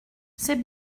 c’est